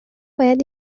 باید